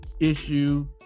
issue